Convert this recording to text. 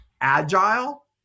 agile